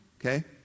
okay